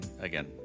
again